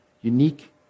unique